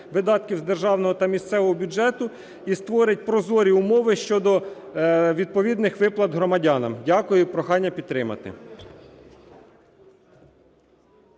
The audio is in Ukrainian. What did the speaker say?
видатків з державного та місцевого бюджетів і створить прозорі умови щодо відповідних виплат громадянам. Дякую і прохання підтримати.